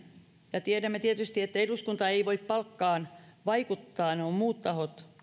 ja tiedämme tietysti että eduskunta ei voi palkkaan vaikuttaa ne ovat muut tahot